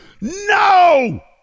No